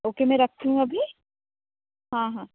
okay मैं रखती हूँ अभी हाँ हाँ